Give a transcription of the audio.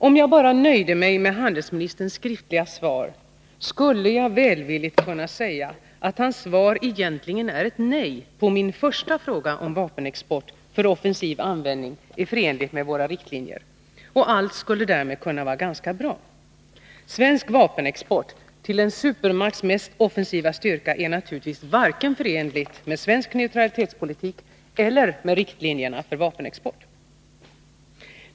Om jag bara nöjde mig med handelsministerns skriftliga svar skulle jag välvilligt kunna säga att hans svar egentligen är ett nej på min första fråga, om vapenexport för offensiv användning är förenlig med våra riktlinjer. Och allt skulle därmed kunna vara ganska bra. Svensk vapenexport till en supermakts mest offensiva styrka är naturligtvis varken förenlig med svensk neutralitetspolitik eller med riktlinjerna för vapenexport.